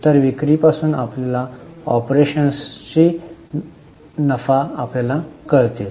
तर विक्रीपासून आपल्या ऑपरेशन्सची नफा आपल्याला कळतील